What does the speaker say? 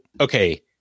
okay